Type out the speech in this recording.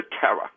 terror